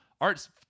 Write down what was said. Art's